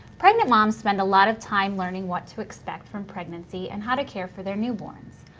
pregnant moms spend a lot of time learning what to expect from pregnancy and how to care for their newborns.